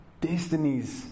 destinies